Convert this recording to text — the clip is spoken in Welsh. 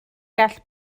gall